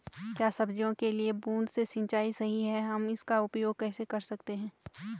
क्या सब्जियों के लिए बूँद से सिंचाई सही है हम इसका उपयोग कैसे कर सकते हैं?